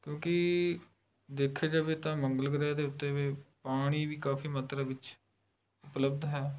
ਕਿਉਂਕਿ ਦੇਖਿਆ ਜਾਵੇ ਤਾਂ ਮੰਗਲ ਗ੍ਰਹਿ ਦੇ ਉੱਤੇ ਵੀ ਪਾਣੀ ਵੀ ਕਾਫੀ ਮਾਤਰਾ ਵਿੱਚ ਉਪਲੱਬਧ ਹੈ